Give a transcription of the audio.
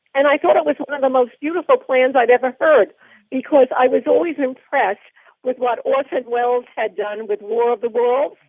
and i thought it was one of the most beautiful plans i'd ever heard because i was always impressed with what orson welles had done with more of the world.